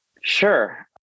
Sure